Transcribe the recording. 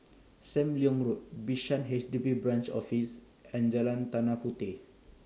SAM Leong Road Bishan H D B Branch Office and Jalan Tanah Puteh